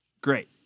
great